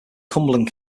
cumberland